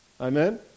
Amen